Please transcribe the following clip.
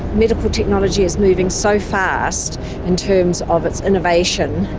medical technology is moving so fast in terms of its innovation,